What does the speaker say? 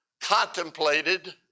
contemplated